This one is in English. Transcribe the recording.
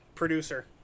producer